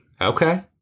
Okay